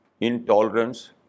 intolerance